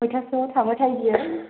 खयथासोआव थाङोथाय बेयो